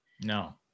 No